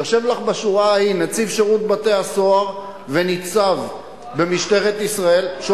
יושב לך בשורה ההיא נציב שירות בתי-הסוהר וניצב במשטרת ישראל.